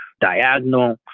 diagonal